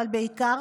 אבל בעיקר,